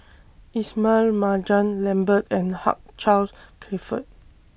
Ismail Marjan Lambert and Hugh Charles Clifford